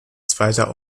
zweiter